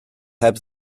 heb